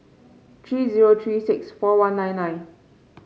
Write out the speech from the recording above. three zero three six four one nine nine